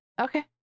Okay